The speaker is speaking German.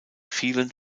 vielen